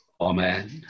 Amen